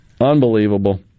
Unbelievable